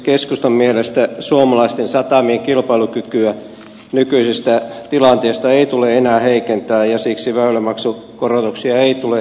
keskustan mielestä suomalaisten satamien kilpailukykyä nykyisestä tilanteesta ei tule enää heikentää ja siksi väylämaksukorotuksia ei tule tehdä